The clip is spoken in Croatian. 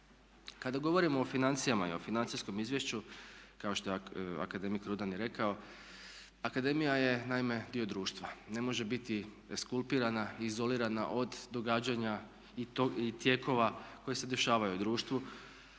Kada govorimo o financijama i o financijskom izvješću kao što akademik Rudan je rekao, akademija je naime dio društva, ne može biti ekskulpirana i izolirana od događanja i tijekova koji se dešavaju u društvu.